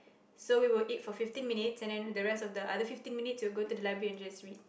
so we will eat for fifteen minutes and then the rest of the other fifteen minutes we will go to library to just read